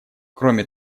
кроме